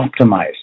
optimized